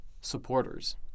supporters